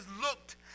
looked